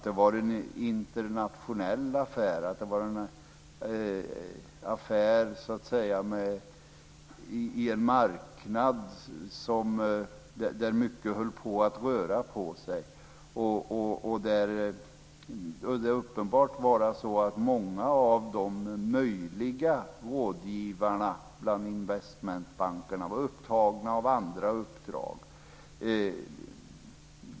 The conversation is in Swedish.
Det var en internationell affär i en rörlig marknad. Det var uppenbart att många av de möjliga rådgivarna bland investmentbankerna var upptagna av andra uppdrag.